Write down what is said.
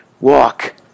walk